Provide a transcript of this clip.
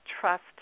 trust